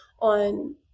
on